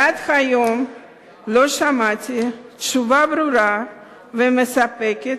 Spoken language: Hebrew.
ועד היום לא שמעתי תשובה ברורה ומספקת,